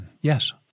Yes